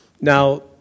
Now